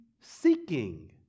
seeking